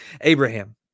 Abraham